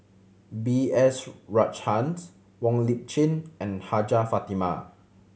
B S Rajhans Wong Lip Chin and Hajjah Fatimah